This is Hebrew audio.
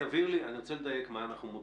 רק תבהיר לי מה אנחנו מודדים.